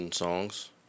songs